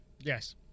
Yes